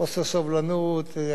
אלימות מילולית,